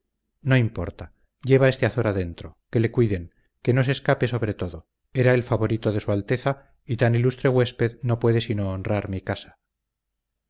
no importa lleva este azor adentro que le cuiden que no se escape sobre todo era el favorito de su alteza y tan ilustre huésped no puede sino honrar mi casa